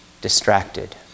distracted